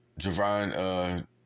Javon